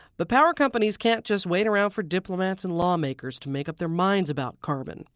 but power companies can't just wait around for diplomats and lawmakers to make up their minds about carbon.